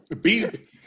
Beep